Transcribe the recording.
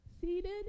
Seated